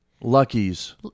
Lucky's